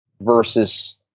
versus